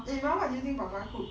eh ma what do you think baba cooked